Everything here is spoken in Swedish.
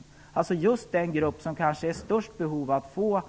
Det är alltså just den grupp som har det kanske största behovet av att få